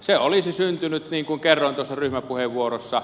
se olisi syntynyt niin kuin kerroin ryhmäpuheenvuorossa